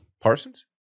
Parsons